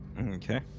okay